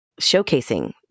showcasing